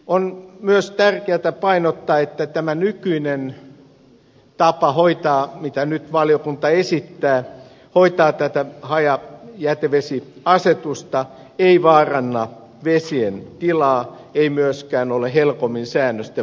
on myös tärkeätä painottaa että tämä nykyinen tapa mitä nyt valiokunta esittää hoitaa hajajätevesiasetusta ei vaaranna vesien tilaa eikä myöskään ole helcomin säännösten vastainen